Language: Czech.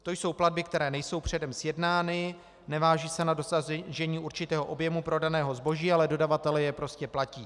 To jsou platby, které nejsou předem sjednány, nevážou se na dosažení určitého objemu prodaného zboží, ale dodavatelé je prostě platí.